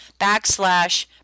backslash